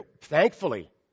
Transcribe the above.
thankfully